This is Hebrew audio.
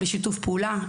בשיתוף פעולה.